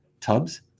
tubs